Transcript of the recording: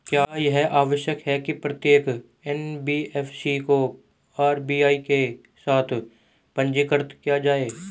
क्या यह आवश्यक है कि प्रत्येक एन.बी.एफ.सी को आर.बी.आई के साथ पंजीकृत किया जाए?